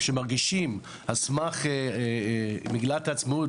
שמרגישים על סמך מגילת העצמאות